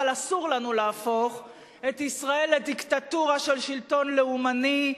אבל אסור לנו להפוך את ישראל לדיקטטורה של שלטון לאומני,